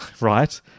right